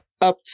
Up